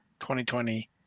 2020